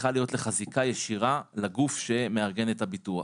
צריכה להיות לך זיקה ישירה לגוף שמארגן את הביטוח.